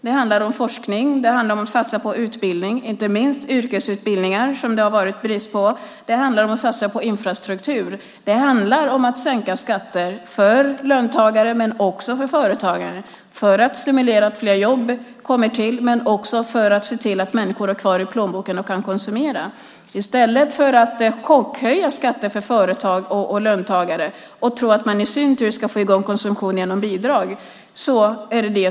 Det handlar om forskning, och det handlar om att satsa på utbildning, inte minst yrkesutbildningar som det har varit brist på. Det handlar om att satsa på infrastruktur. Det handlar om att sänka skatter för löntagare men också för företagare för att stimulera att fler jobb kommer till. Det gör också att människor får pengar kvar i plånboken och kan konsumera. Vi presenterar detta i stället för att chockhöja skatter för företag och löntagare och tro att man ska få i gång konsumtion genom bidrag.